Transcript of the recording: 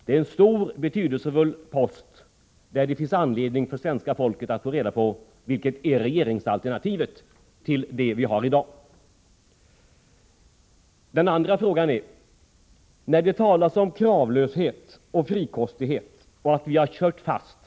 Det är en stor och betydelsefull post, där svenska folket har rätt att få veta vad som är regeringsalternativet jämfört med det som gäller i dag. Det talas som sagt om kravlöshet och om frikostighet och om att vi har kört fast.